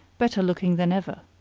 better-looking than ever.